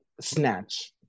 snatch